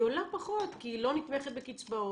היא עולה פחות כי היא לא נתמכת בקצבאות,